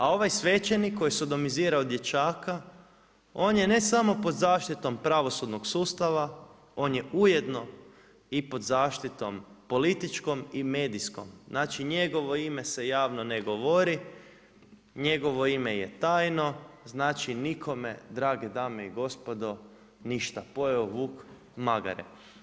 A ovaj svećenik koji je sodomizirao dječaka on je ne samo pod zaštitom pravosudnog sustava, on je ujedno i pod zaštitom političkom i medijskom, znači njegovo ime se javno ne govori, njegovo ime je tajno, znači nikome drage dame i gospodo ništa, pojeo vuk magare.